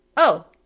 oh,